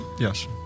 Yes